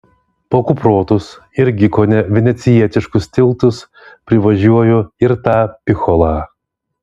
po kuprotus irgi kone venecijietiškus tiltus privažiuoju ir tą picholą